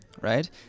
right